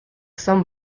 some